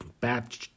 bad